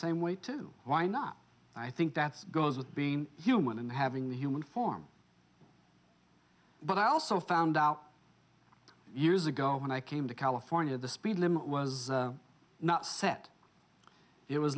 same way too why not i think that's goes with being human and having the human form but i also found out years ago when i came to california the speed limit was not set it was